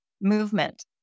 Movement